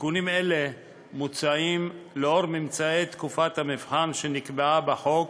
תיקונים אלה מוצעים לאור ממצאי תקופת המבחן שנקבעה בחוק